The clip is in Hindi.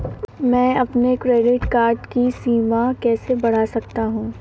मैं अपने क्रेडिट कार्ड की सीमा कैसे बढ़ा सकता हूँ?